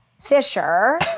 Fisher